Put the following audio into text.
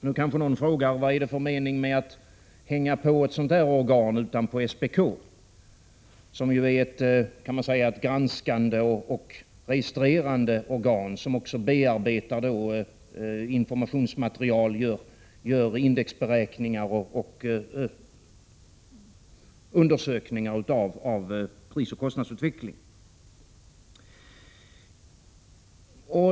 Nu kanske någon frågar vad det är för mening att hänga på ett sådant organ utanpå SPK, som ju är ett granskande och registrerande organ som också bearbetar informationsmaterial, gör indexberäkningar och undersökningar av prisoch kostnadsutveckling.